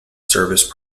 service